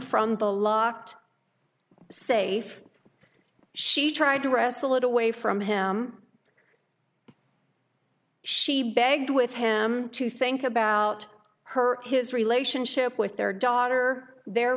from the locked safe she tried to wrestle it away from him she begged with him to think about her his relationship with their daughter their